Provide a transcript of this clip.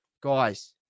guys